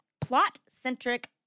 plot-centric